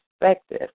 perspective